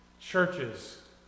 Churches